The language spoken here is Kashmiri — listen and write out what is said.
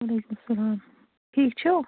وعلیکُم السَلام ٹھیٖک چھِو